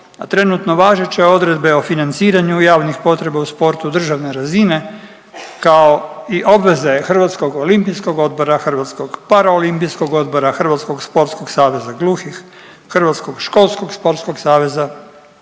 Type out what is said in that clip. a trenutno važeće odredbe o financiranju javnih potreba u sportu državne razine, kao i obveze Hrvatskog olimpijskog odbora, Hrvatskog paraolimpijskog odbora, Hrvatskog sportskog saveza gluhih, Hrvatskog školskog sportskog saveza